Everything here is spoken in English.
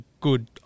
good